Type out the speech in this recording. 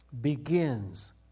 begins